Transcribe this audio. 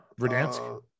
Verdansk